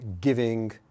giving